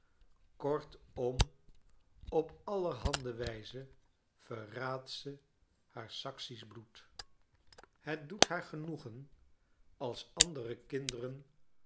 kortom op allerhande wijze verraadt zehaar saksischbloed het doet haar genoegen als andere kinderen